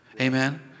Amen